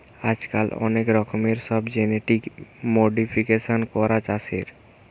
আজকাল অনেক রকমের সব জেনেটিক মোডিফিকেশান করে চাষের